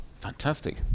fantastic